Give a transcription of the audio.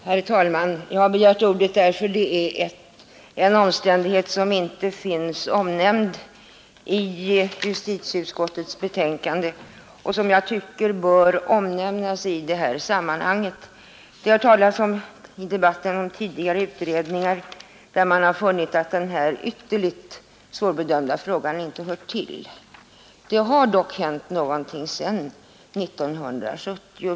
Herr talman! Jag har begärt ordet av den anledningen att det är en omständighet som inte finns omnämnd i justitieutskottets betänkande men som bör omnämnas i detta sammanhang. Det har i debatten talats om tidigare utredningar, till vilka man funnit att denna ytterligt svårbedömda fråga inte hör. Det har dock hänt något sedan 1970.